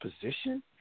position